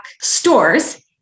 stores